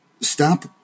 stop